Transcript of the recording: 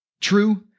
true